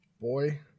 Boy